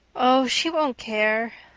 oh, she won't care.